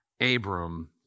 Abram